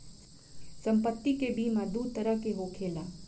सम्पति के बीमा दू तरह के होखेला